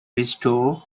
restored